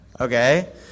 Okay